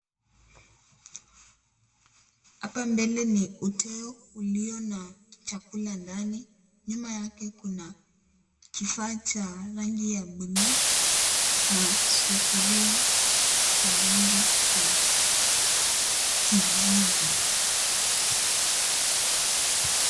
Hapa mbele ni uteo uliona chakula ndani nyuma yake kuna kifaa cha rangi ya buluu na sufuria ya rangi ya kijivu.